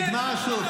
נגמר השוק.